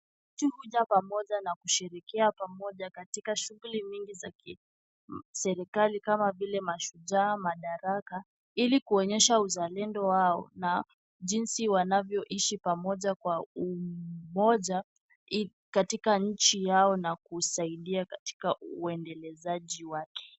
Watu huja pamoja na kusherehekea pamoja katika shughuli nyingi za kiserikali kama vile Mashujaa, Madaraka, ili kuonyesha uzalendo wao na jinsi wanavyoishi pamoja kwa umoja katika nchi yao na kusaida katika uendelezaji wake.